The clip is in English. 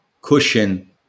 cushion